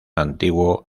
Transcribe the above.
antiguo